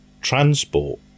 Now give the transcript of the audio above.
transport